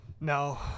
No